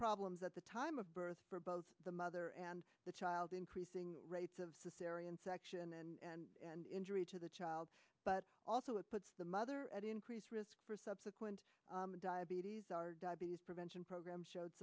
problems at the time of birth for both the mother and the child increasing rates of the sary and section and injury to the child but also it puts the mother at increased risk for subsequent diabetes our diabetes prevention program showed